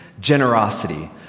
generosity—